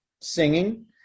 singing